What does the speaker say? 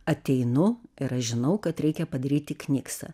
ateinu ir aš žinau kad reikia padaryti kniksą